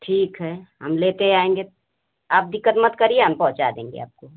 ठीक है हम लेते आएँगे आप दिक़्क़त मत करिए हम पहुँचा देंगे आपको